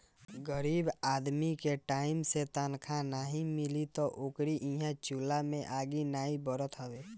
गरीब आदमी के टाइम से तनखा नाइ मिली तअ ओकरी इहां चुला में आगि नाइ बरत हवे